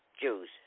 Jews